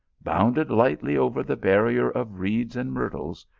bounded lightly over the barrier of reeds and myrtles,